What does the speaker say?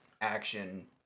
action